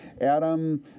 Adam